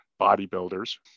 bodybuilders